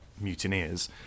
mutineers